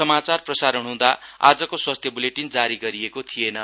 समाचार प्रसारण हुँदा आजको स्वास्थ्य ब्लेटिन जारी गरिएको थिएन